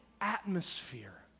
atmosphere